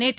நேற்று